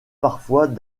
parfois